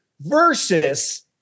versus